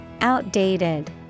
Outdated